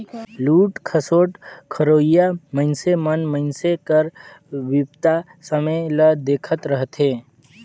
लूट खसोट करोइया मइनसे मन मइनसे कर बिपदा समें ल देखत रहथें